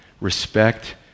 respect